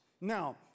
Now